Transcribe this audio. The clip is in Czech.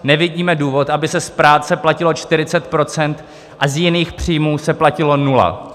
Nevidíme důvod, aby se z práce platilo 40 %, a z jiných příjmů se platila nula.